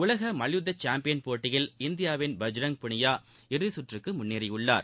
உலக மல்யுத்த சாம்பியன் போட்டியில் இந்தியாவின் பஜ்ரங் புனியா இறுதி கற்றுக்கு முன்னேறி உள்ளார்